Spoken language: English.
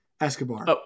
Escobar